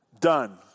done